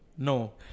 no